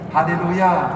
Hallelujah